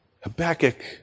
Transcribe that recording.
Habakkuk